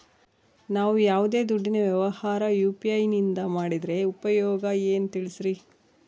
ನಾವು ಯಾವ್ದೇ ದುಡ್ಡಿನ ವ್ಯವಹಾರ ಯು.ಪಿ.ಐ ನಿಂದ ಮಾಡಿದ್ರೆ ಉಪಯೋಗ ಏನು ತಿಳಿಸ್ರಿ?